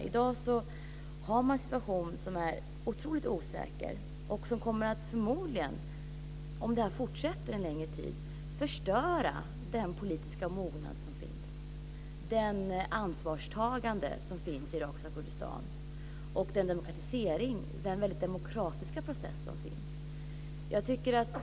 I dag har man en situation som är otroligt osäker och som förmodligen, om det här fortsätter en längre tid, kommer att förstöra den politiska mognad och det ansvarstagande som finns i irakiska Kurdistan och den väldigt demokratiska process som finns.